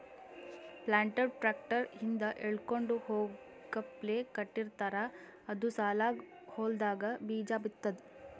planter tractor ಹಿಂದ್ ಎಳ್ಕೊಂಡ್ ಹೋಗಪ್ಲೆ ಕಟ್ಟಿರ್ತಾರ್ ಅದು ಸಾಲಾಗ್ ಹೊಲ್ದಾಗ್ ಬೀಜಾ ಬಿತ್ತದ್